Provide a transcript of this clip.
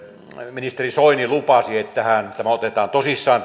ministeri soini lupasi että tämä ponsi otetaan tosissaan